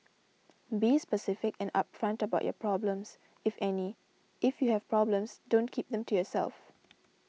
be specific and upfront about your problems if any if you have problems don't keep them to yourself